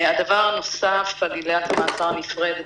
הדבר הנוסף על עלית המעצר הנפרדת,